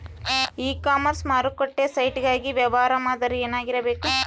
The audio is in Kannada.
ಇ ಕಾಮರ್ಸ್ ಮಾರುಕಟ್ಟೆ ಸೈಟ್ ಗಾಗಿ ವ್ಯವಹಾರ ಮಾದರಿ ಏನಾಗಿರಬೇಕು?